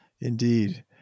Indeed